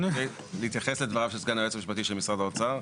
(בהלצה) להתייחס לדבריו של סגן היועץ המשפטי של משרד האוצר.